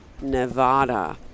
Nevada